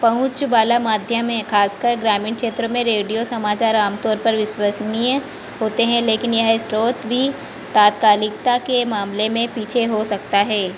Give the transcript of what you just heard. पहुँच वाला माध्यम है खासकर ग्रामीण क्षेत्रों में रेडियो समाचार आम तौर पर विश्वसनीय होते हैं लेकिन यह स्रोत भी तात्कालिकता के मामले में पीछे हो सकता है